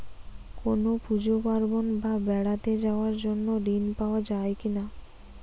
কোনো পুজো পার্বণ বা বেড়াতে যাওয়ার জন্য ঋণ পাওয়া যায় কিনা?